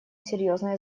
серьезной